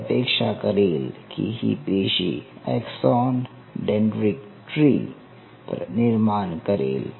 मी अपेक्षा करेल की ही पेशीं एक्सॉन डेंड्रॅटिक ट्री निर्माण करेल